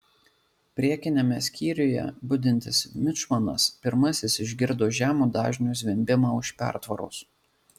priekiniame skyriuje budintis mičmanas pirmasis išgirdo žemo dažnio zvimbimą už pertvaros